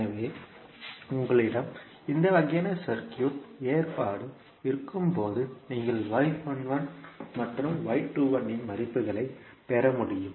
எனவே உங்களிடம் இந்த வகையான சர்க்யூட் ஏற்பாடு இருக்கும்போது நீங்கள் மற்றும் இன் மதிப்புகளைப் பெற முடியும்